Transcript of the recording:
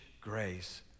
grace